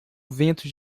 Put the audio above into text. vento